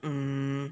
mm